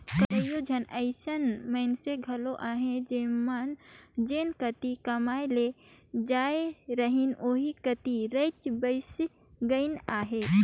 कइयो झन अइसन मइनसे घलो अहें जेमन जेन कती कमाए ले जाए रहिन ओही कती रइच बइस गइन अहें